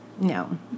No